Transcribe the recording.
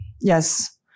yes